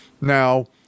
now